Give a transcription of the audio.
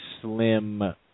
slim